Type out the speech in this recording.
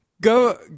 go